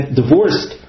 divorced